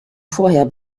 vorher